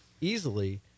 easily